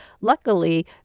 Luckily